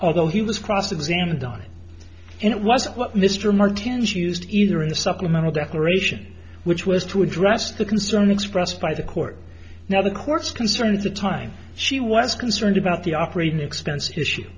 although he was cross examined on and it was what mr martins used either in the supplemental declaration which was to address the concern expressed by the court now the court's concern at the time she was concerned about the operating expense issue